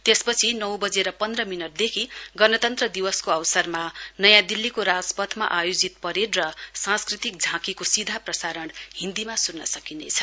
त्यसपछि नौ बजेर पन्ध्र मिनटदेखि गणतन्त्र दिवसको अवसरमा नयाँ दिल्लीको राजपथमा आयोजित परेड़ र सांस्कृतिक झाकीको सीधा प्रसारण हिन्दीमा सुन्न सकिनेछ